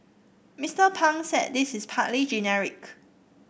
Mister Pang said this is partly genetic